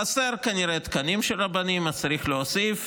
חסרים, כנראה, תקנים של רבנים אז צריך להוסיף